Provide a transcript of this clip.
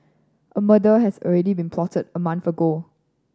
a murder has already been plotted a month ago